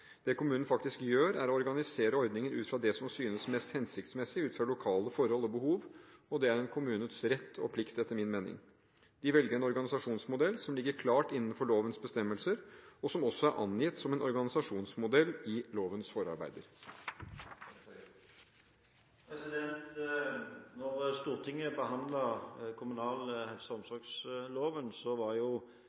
Det kommunen faktisk gjør, er å organisere ordningen ut fra det som synes mest hensiktsmessig ut fra lokale forhold og behov, og det er etter min mening en kommunes rett og plikt. De velger en organisasjonsmodell som ligger klart innenfor lovens bestemmelser, og som også er angitt som en organisasjonsmodell i lovens forarbeider. Da Stortinget behandlet den kommunale helse- og omsorgsloven, var jo